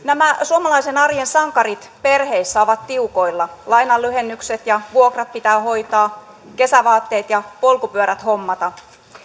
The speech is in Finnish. nämä suomalaisen arjen sankarit perheissä ovat tiukoilla lainanlyhennykset ja vuokrat pitää hoitaa kesävaatteet ja polkupyörät hommata